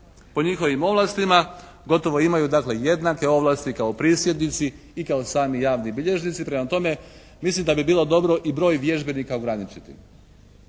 po njihovim ovlastima gotovo imaju dakle jednake ovlasti kao prisjednici i kao sami javni bilježnici. Prema tome, mislim da bi bilo dobro i broj vježbenika ograničiti.